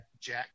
Jack